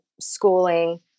schooling